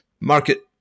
market